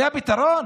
זה הפתרון?